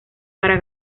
para